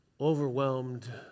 Overwhelmed